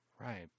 Right